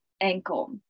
ankle